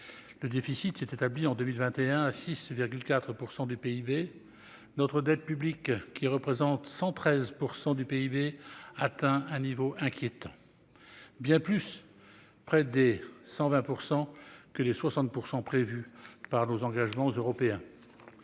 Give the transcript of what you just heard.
Le déficit s'est établi en 2021 à 6,4 % du PIB, notre dette publique, qui représente 113 % du PIB, atteint un niveau inquiétant, bien plus près des 120 % que des 60 % prévus par nos engagements européens.